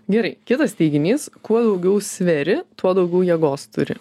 gerai kitas teiginys kuo daugiau sveri tuo daugiau jėgos turi